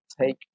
take